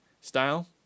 style